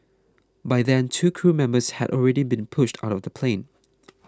by then two crew members had already been pushed out of the plane